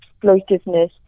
exploitiveness